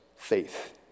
faith